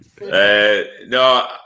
No